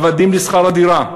עבדים לשכר הדירה,